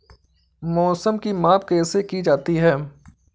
मौसम की माप कैसे की जाती है?